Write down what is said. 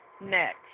Next